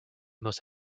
most